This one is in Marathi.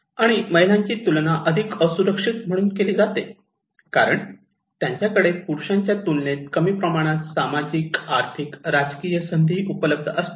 आणि महिलांची तुलना अधिक असुरक्षित म्हणून केली जाते कारण त्यांच्याकडे पुरूषांच्या तुलनेत कमी प्रमाणात सामाजिकआर्थिक राजकीय संधी उपलब्ध असतात